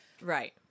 Right